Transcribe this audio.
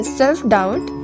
self-doubt